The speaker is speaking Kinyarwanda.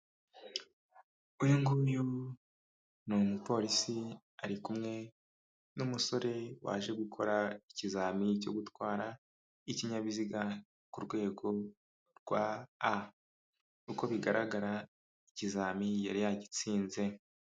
Uyu nguyu ni umupolisi ari kumwe n'umusore waje gukora ikizamini cyo gutwara ikinyabiziga ku rwego rwa a, uko bigaragara ikizamini yari yagitsinze.